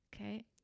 Okay